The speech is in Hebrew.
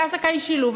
אתה זכאי שילוב,